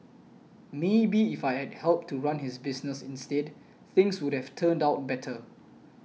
maybe if I had helped to run his business instead things would have turned out better